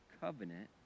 covenant